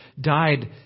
died